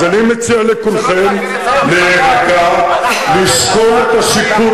אז אני מציע לכולכם להירגע ולשקול את השיקול